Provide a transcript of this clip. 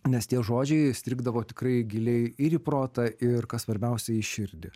nes tie žodžiai įstrigdavo tikrai giliai ir į protą ir kas svarbiausia į širdį